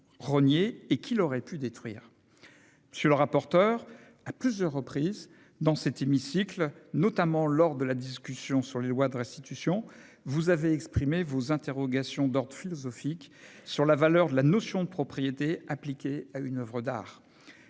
et qu'il aurait peut-être détruite ? Monsieur le rapporteur, à plusieurs reprises dans cet hémicycle, notamment lors de la discussion sur les lois de restitution, vous avez exprimé vos interrogations d'ordre philosophique sur la valeur de la notion de propriété appliquée à une oeuvre d'art.